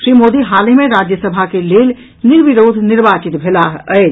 श्री मोदी हालहि मे राज्यसभा के लेल निर्विरोध निर्वाचित भेलाह अछि